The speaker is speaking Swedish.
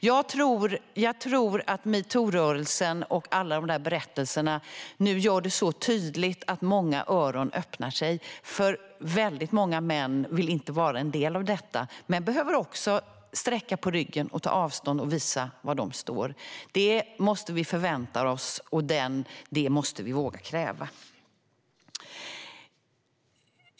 Jag tror att metoo-rörelsen och alla berättelser nu gör detta så tydligt att många öron öppnar sig. Väldigt många män vill inte vara en del av detta men behöver också sträcka på ryggen och ta avstånd och visa var de står. Det måste vi förvänta oss och våga kräva.